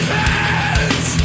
hands